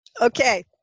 Okay